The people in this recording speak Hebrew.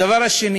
הדבר השני